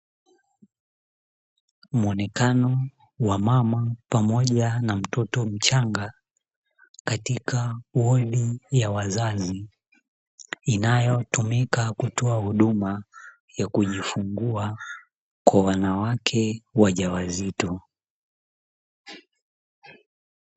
Muonekano wa mama pamoja na mtoto mchanga katika wodi ya wazazi, inayotumika kutoa huduma ya kujifungua kwa wanawake wajawazito.